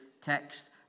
text